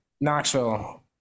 knoxville